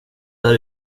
där